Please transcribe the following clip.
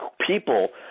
people